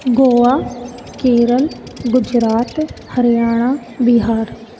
Goa Kerala Gujarat Haryana Bihar